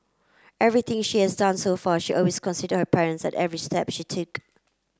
everything she has done so far she always considered her parents at every step she take